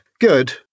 good